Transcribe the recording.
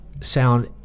sound